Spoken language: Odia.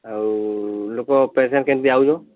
ଆଉ ଲୋକ ପେସେଣ୍ଟ୍ କେମିତି ଆଉଚନ୍